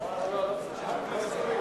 אי-אפשר.